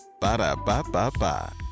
Ba-da-ba-ba-ba